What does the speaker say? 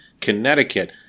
Connecticut